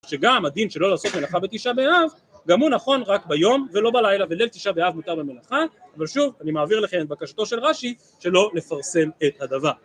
שגם הדין שלא לעשות מלאכה בתשע באב, גם הוא נכון רק ביום ולא בלילה, וליל תשעה באב מותר במלאכה, אבל שוב אני מעביר לכם את בקשתו של רש"י, שלא לפרסם את הדבר.